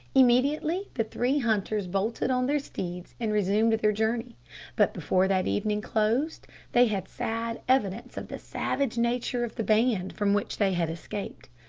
immediately the three hunters bolted on their steeds and resumed their journey but before that evening closed they had sad evidence of the savage nature of the band from which they had escaped.